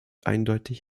eindeutig